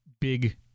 big